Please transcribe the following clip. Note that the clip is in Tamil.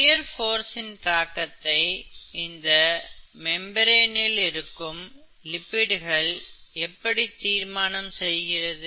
ஷியர் போர்ஸ்சின் தாக்கத்தை இந்த மெம்பிரனில் இருக்கும் லிப்பிடுகள் எப்படி தீர்மானம் செய்கிறது